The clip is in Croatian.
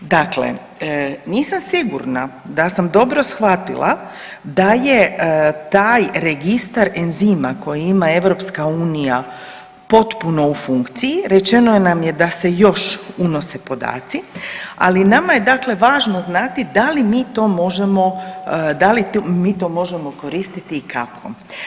Dakle, nisam sigurna da sam dobro shvatila da je taj Registar enzima koji ima EU potpuno u funkciji, rečeno nam je da se još unose podaci, ali nama je dakle važno znati da li mi to možemo koristiti i kako.